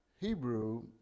Hebrew